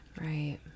right